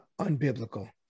unbiblical